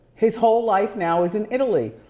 his whole life now is in italy.